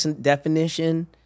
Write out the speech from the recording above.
definition